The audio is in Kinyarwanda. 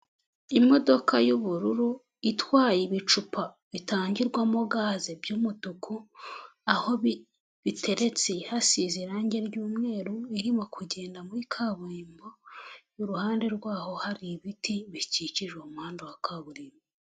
Imodoka y'ubururu itwaye ibicupa bitangirwamo gaze by'umutuku aho biteretse hasize irangi ry'umweru irimo kugenda muri kaburimbo iruhande rwaho hari ibiti bikikije umuhanda wa kaburimbo.